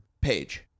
Page